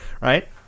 right